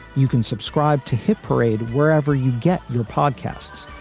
you can subscribe to hit parade wherever you get your podcasts.